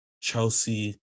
Chelsea